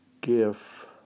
GIF